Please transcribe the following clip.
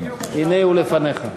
הנה הוא לפניך.